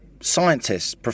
scientists